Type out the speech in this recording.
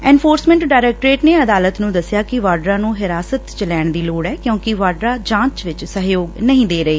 enforcement directorate ਨੇ ਅਦਾਲਤ ਨੂੰ ਦਸਿਆ ਕਿ ਵਾਡਰਾ ਨੂੰ ਹਿਰਾਸਤ ਚ ਲੈਣ ਦੀ ਲੋੜ ਐ ਕਿਉਂਕਿ ਵਾਡਰਾ ਜਾਂਚ ਵਿਚ ਸਹਿਯੋਗ ਨਹੀਂ ਦੇ ਰਹੇ